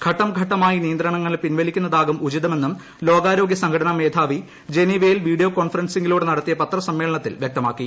ഘട്ടംഘട്ടമായി നിയന്ത്രണങ്ങൾ പിൻവലിക്കുന്നതാകും ഉചിതമെന്നും ലോകാരോഗ്യ സംഘടനാ മേധാവി ടെഡ്രോസ് അഥനൊം ഗെബ്രയേസസ് ജനീവയിൽ വീഡിയോ കോൺഫറൻസിംഗിലൂടെ നടത്തിയ പത്രസമ്മേളനത്തിൽ വ്യക്തമാക്കി